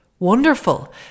Wonderful